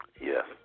Yes